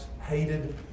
hated